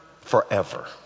forever